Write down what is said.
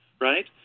right